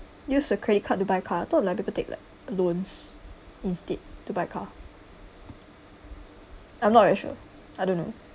use a credit card to buy car I thought like people take like loans instead to buy car I'm not very sure I don't know